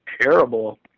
terrible